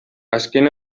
azken